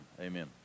amen